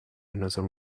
another